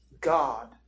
God